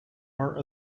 are